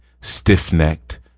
stiff-necked